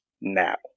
now